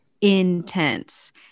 intense